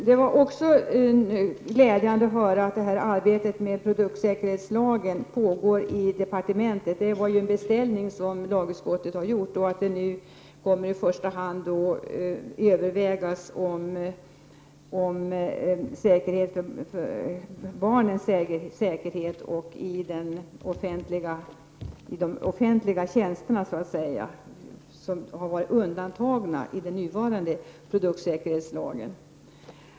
Det var glädjande att höra att arbetet med produktsäkerhetslagen pågår i departementet. Det var ju en beställning som lagutskottet gjorde. Det var också glädjande att höra att man nu i första hand kommer att ta upp barnens säkerhet och de frågor som rör de offentliga tjänsterna. Dessa har ju varit undantagna i den nuvarande produktsäkerhetslagen.